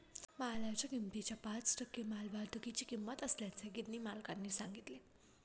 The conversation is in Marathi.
मालाच्या किमतीच्या पाच टक्के मालवाहतुकीची किंमत असल्याचे गिरणी मालकाने सांगितले